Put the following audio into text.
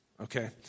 okay